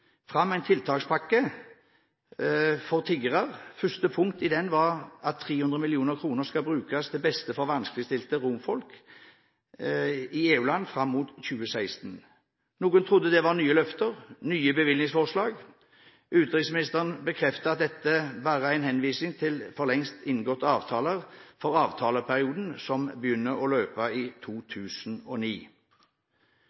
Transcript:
fram en tiltakspakke for tiggere. Første punkt i den var at 300 mill. kr skal brukes til beste for vanskeligstilte romfolk i EU-land fram mot 2016. Noen trodde det var nye løfter, nye bevilgningsforslag. Utenriksministeren bekreftet at dette bare er en henvisning til for lengst inngåtte avtaler for avtaleperioden som begynte å løpe i